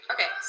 Okay